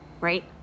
right